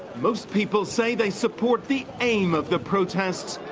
most people say they support the aim of the protests,